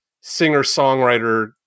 singer-songwriter